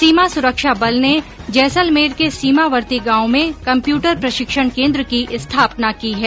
सीमा सुरक्षा बल ने जैसलमेर के सीमावर्ती गांव में कम्प्यूटर प्रशिक्षण केन्द्र की स्थापना की है